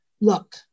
look